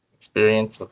experience